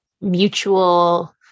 mutual